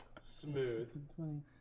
Smooth